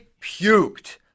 puked